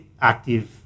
active